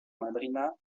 madrina